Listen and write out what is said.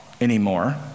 anymore